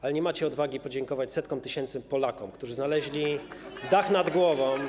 Ale nie macie odwagi podziękować setkom tysięcy Polaków, którzy znaleźli dach nad głową.